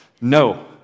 no